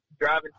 driving